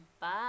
Bye